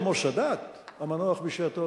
כמו סאדאת המנוח בשעתו,